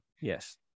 yes